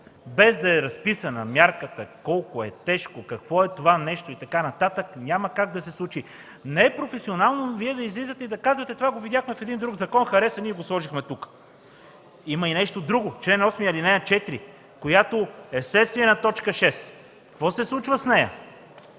без да е разписана мярката колко е тежко, какво е това нещо и така нататък, няма как да се случи. Не е професионално Вие да излизате и да казвате: „Това го видяхме в един друг закон, хареса ни и го сложихме тук”. Има и нещо друго – чл. 8, ал. 4, която е вследствие на т. 6. Какво се случва с нея?